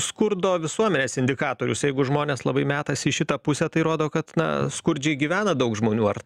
skurdo visuomenės indikatorius jeigu žmonės labai metasi į šitą pusę tai rodo kad na skurdžiai gyvena daug žmonių ar